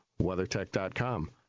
WeatherTech.com